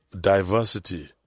Diversity